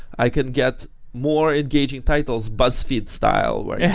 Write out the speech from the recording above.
i can get more engaging titles buzzfeed style where, yeah